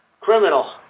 criminal